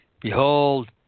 Behold